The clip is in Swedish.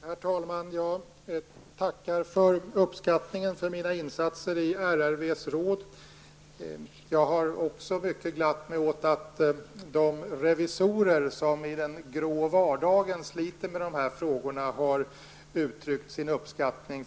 Herr talman! Jag tackar för uppskattningen av mina insatser i RRVs råd. Jag har också mycket glatt mig åt att de revisorer som i den grå vardagen sliter med de här frågorna har uttryckt sin uppskattning.